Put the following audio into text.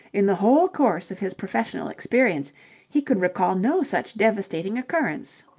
in the whole course of his professional experience he could recall no such devastating occurrence.